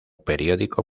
periódico